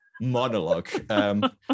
monologue